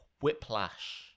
Whiplash